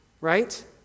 right